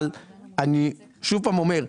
אבל אני שוב פעם אומר,